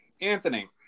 Anthony